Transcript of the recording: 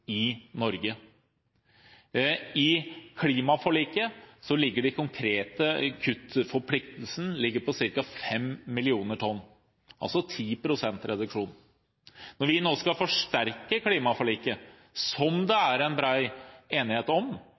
i Norge. I klimaforliket ligger den konkrete kuttforpliktelsen på ca. 5 millioner tonn, dvs. 10 pst. reduksjon. Når vi nå skal forsterke klimaforliket, som det er bred enighet om,